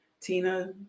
tina